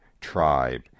tribe